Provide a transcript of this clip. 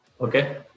Okay